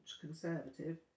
conservative